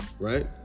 right